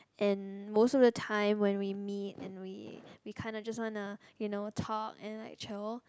and most of the time when we meet and we we kinda just wanna you know talk and like chill